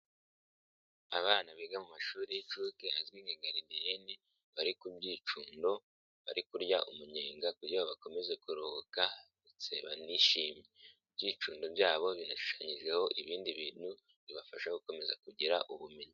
Abana biga mu mashuri y'inshuke azwi nka gadiyeni bari kubyicundo bari kurya umunyenga kugira bakomeze kuruhuka ndetse banishimye, ibyicundo byabo binshushanyijeho ibindi bintu bibafasha gukomeza kugira ubumenyi.